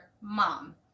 mom